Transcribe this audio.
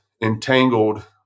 entangled